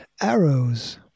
arrows